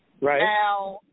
Right